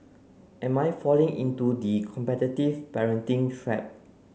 am I falling into the competitive parenting trap